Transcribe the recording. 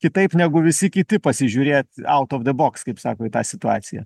kitaip negu visi kiti pasižiūrėt aut of de boks kaip sako į tą situaciją